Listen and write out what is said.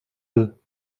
deux